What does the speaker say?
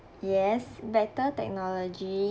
yes better technology